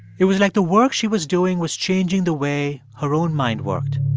it was like the work she was doing was changing the way her own mind worked.